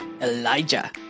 Elijah